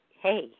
hey